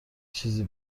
چیزی